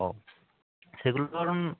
ও সেগুলো ধরুন